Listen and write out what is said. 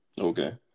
Okay